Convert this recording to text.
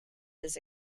his